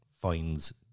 finds